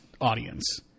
audience